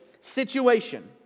situation